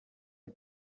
die